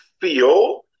feel